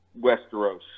Westeros